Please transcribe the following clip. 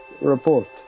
report